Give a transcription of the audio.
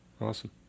Awesome